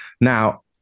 now